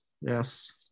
Yes